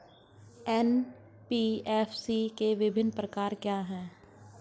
NBFC के विभिन्न प्रकार क्या हैं?